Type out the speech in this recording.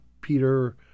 Peter